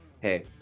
hey